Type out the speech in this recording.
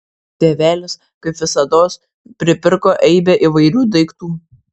tėvelis kaip visados pripirko eibę įvairių daiktų